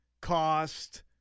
cost